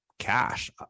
Cash